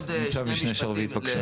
ניצב משנה שרביט, בבקשה.